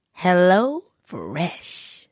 HelloFresh